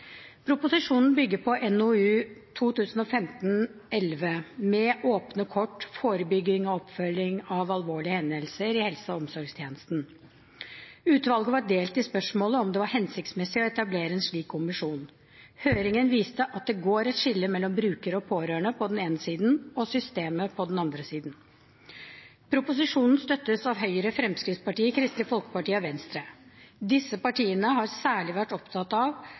Proposisjonen bygger på NOU 2015: 11 «Med åpne kort. Forebygging og oppfølging av alvorlige hendelser i helse- og omsorgstjenestene». Utvalget var delt i spørsmålet om hvorvidt det var hensiktsmessig å etablere en slik kommisjon. Høringen viste at det går et skille mellom brukere og pårørende på den ene siden og «systemet» på den andre siden. Proposisjonen støttes av Høyre, Fremskrittspartiet, Kristelig Folkeparti og Venstre. Disse partiene har særlig vært opptatt av